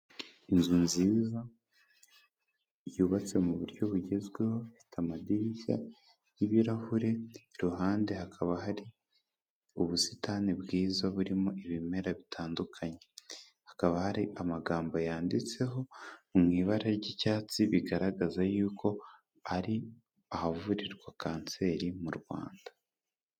Inzu nziza yubatse mu buryo bugezweho, ifite amadirishya y'ibirahure, iruhande hakaba hari ubusitani bwiza burimo ibimera bitandukanye, hakaba hari amagambo yanditseho mu ibara ry'icyatsi bigaragaza yuko ari ahavurirwa kanseri mu Rwanda.